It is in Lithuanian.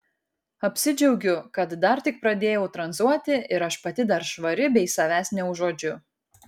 apsidžiaugiu kad dar tik pradėjau tranzuoti ir aš pati dar švari bei savęs neužuodžiu